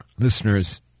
Listeners